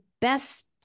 best